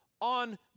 on